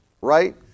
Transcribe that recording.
right